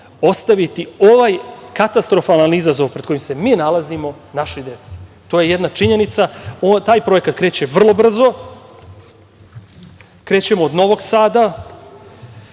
ostaviti ovaj katastrofalan izazov pred kojim se mi nalazimo našoj deci. To je jedna činjenica. Taj projekat kreće vrlo brzo. Krećemo od Novog Sada,